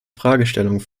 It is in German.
fragestellungen